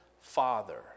Father